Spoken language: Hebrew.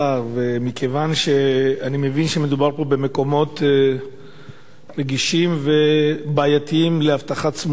מכיוון שאני מבין שמדובר פה במקומות רגישים ובעייתיים לאבטחה צמודה,